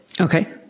Okay